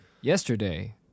yesterday